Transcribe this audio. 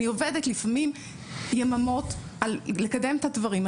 אני עובדת לפעמים יממות על מנת לקדם את הדברים,